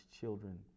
children